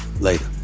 Later